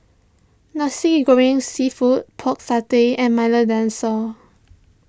Nasi Goreng Seafood Pork Satay and Milo Dinosaur